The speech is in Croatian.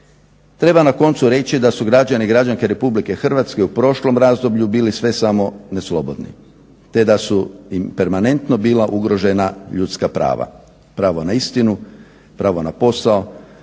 treba na koncu reći da su građani i građanke RH u prošlom razdoblju bili sve samo ne slobodni te da su im permanentno bila ugrožena ljudska prava. Pravo na istinu, pravo na posao,